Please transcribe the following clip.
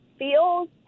feels